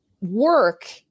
work